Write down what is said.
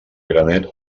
granet